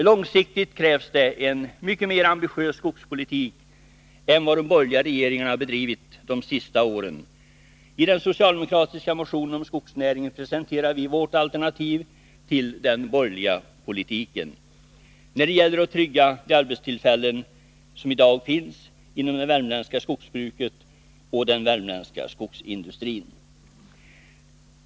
Långsiktigt krävs det en mycket mer ambitiös skogspolitik än vad de borgerliga regeringarna har bedrivit de senaste åren. I den socialdemokratiska motionen om skogsnäringen presenterar vi vårt alternativ till den borgerliga politiken. Nu gäller det att trygga de arbetstillfällen som i dag finns i det värmländska skogsbruket och den värmländska skogsindustrin.